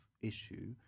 issue